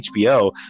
HBO